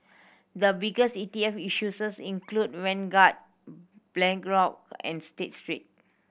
the biggest E T F issue include Vanguard and State Street